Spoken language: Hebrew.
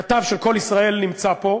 כתב של "קול ישראל" נמצא פה,